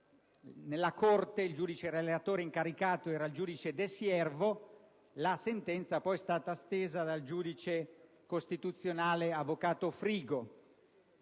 Nella Corte il giudice relatore incaricato era il giudice De Siervo e la sentenza ha poi avuto come estensore il giudice costituzionale avvocato Frigo.